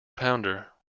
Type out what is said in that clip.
pounder